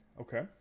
Okay